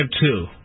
two